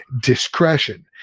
discretion